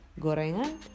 gorengan